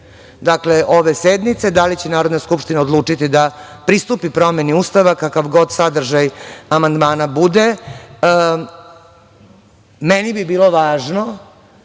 je tema ove sednice. Da li će Narodna skupština odlučiti da pristupi promeni Ustava, kakav god sadržaj amandmana bude, meni bi bilo važno,